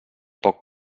poc